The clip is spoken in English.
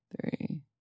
three